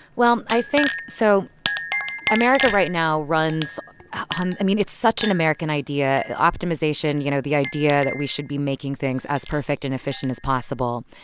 well, i think so america right now runs on i mean, it's such an american idea. optimization, you know, the idea that we should be making things as perfect and efficient as possible.